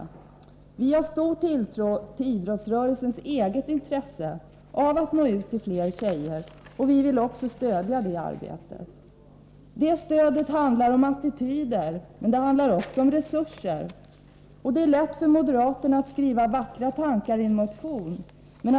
Vi har stor tilltro till idrottsrörelsens eget intresse av att nå ut till fler tjejer, och vi vill också stödja det arbetet. Det stödet handlar om attityder, men det handlar också om resurser. Det är lätt för moderaterna att skriva vackra tankar i en motion.